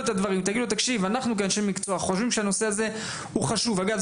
ותגידו שאתם כאנשי מקצוע חושבים שהנושא הזה חשוב אגב,